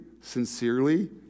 sincerely